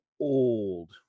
old